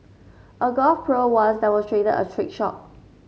a golf pro once demonstrated a trick shot